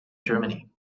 germany